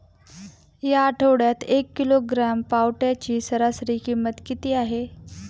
या आठवड्यात एक किलोग्रॅम पावट्याची सरासरी किंमत किती आहे?